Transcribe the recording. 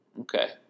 Okay